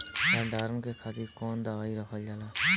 भंडारन के खातीर कौन दवाई रखल जाला?